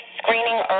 screening